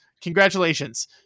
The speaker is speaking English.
Congratulations